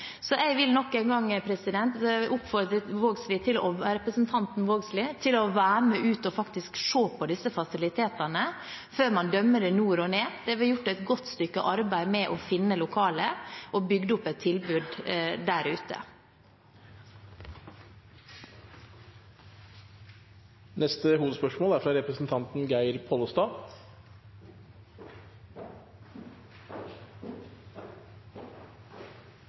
Jeg vil nok en gang oppfordre representanten Vågslid til å være med ut og se på disse fasilitetene før man dømmer det nord og ned. Det har vært gjort et godt stykke arbeid med å finne lokaler og bygge opp et tilbud der ute. Vi går videre til neste hovedspørsmål.